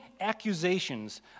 accusations